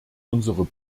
unsere